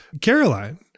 Caroline